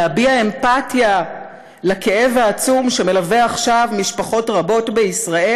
להביע אמפתיה לכאב העצום שמלווה עכשיו משפחות רבות בישראל"